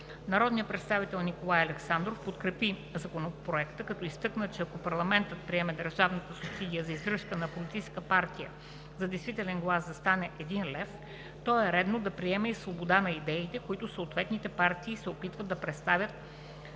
Народният представител Николай Александров подкрепи Законопроекта, като изтъкна, че ако парламентът приеме държавната субсидия за издръжка на политическа партия за действителен глас да стане един лев, то е редно да приеме и свобода за идеите, които съответните партии се опитват да предоставят